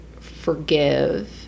forgive